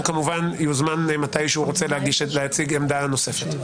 הוא כמובן יוזמן מתי שהוא רוצה להציג עמדה נוספת.